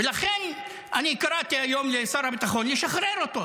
ולכן אני קראתי היום לשר הביטחון לשחרר אותו.